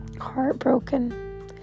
heartbroken